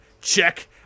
check